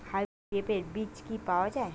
Hybrid পেঁপের বীজ কি পাওয়া যায়?